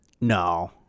No